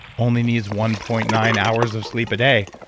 only needs one point nine hours of sleep a day.